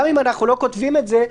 גם אם אנחנו לא כותבים את זה,